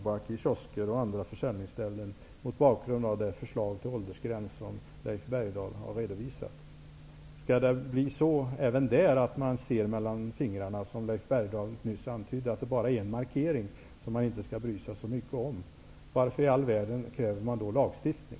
Bergdahl har redovisat. Skall det bli så även där att man ser mellan fingrarna som Leif Bergdahl nyss antydde? Han sade att detta bara är en markering som man inte skall bry sig så mycket om. Men varför i all världen kräver man då lagstiftning?